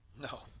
No